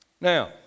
Now